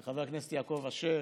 לחבר הכנסת יעקב אשר,